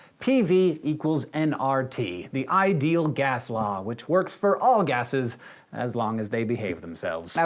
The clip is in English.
p v equals n r t the ideal gas law, which works for all gases as long as they behave themselves. yeah